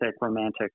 romantic